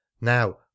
now